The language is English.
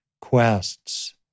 quests